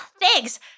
Thanks